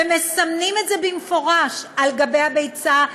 מסמנים את זה במפורש על גבי הביצה: